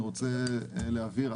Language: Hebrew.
אני רוצה להבהיר,